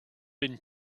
been